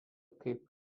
kaip